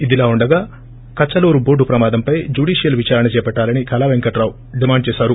ఇదిలా ఉండగా కచ్చలూరు టోటు ప్రమాదంపై జాడీషియల్ విదారణ చేపట్టాలని కళా పెంకటరావు డిమాండ్ చేశారు